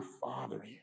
father